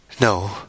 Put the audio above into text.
No